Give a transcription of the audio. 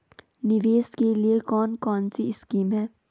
निवेश के लिए कौन कौनसी स्कीम हैं?